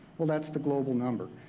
well that's the global number.